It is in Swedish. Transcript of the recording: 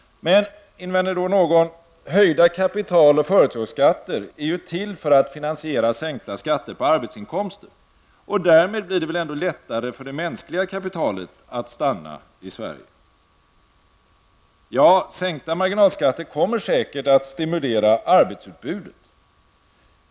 Men, invänder då någon, höjda kapital och företagsskatter är ju till för att finansiera sänkta skatter på arbetsinkomster, och därmed blir det väl ändå lättare för det mänskliga kapitalet att stanna i Sverige? Ja, sänkta marginalskatter kommer säkert att stimulera arbetsutbudet.